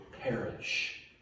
perish